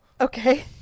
Okay